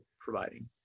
providing